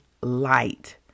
light